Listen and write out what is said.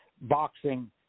boxing